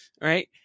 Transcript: right